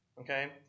okay